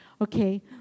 Okay